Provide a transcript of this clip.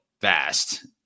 fast